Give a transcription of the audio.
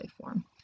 form